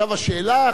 עכשיו השאלה היא,